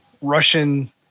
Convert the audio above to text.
russian